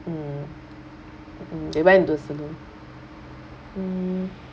mm mm they went to salon mm